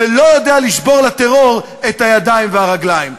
ולא יודע לשבור לטרור את הידיים והרגליים.